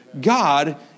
God